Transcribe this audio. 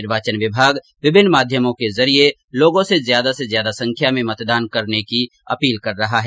निर्वाचन विभाग विभिन्न माध्यमों के जरिये लोगों से ज्यादा से ज्यादा संख्या में मतदान करने की अपील कर रहा है